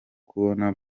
kubona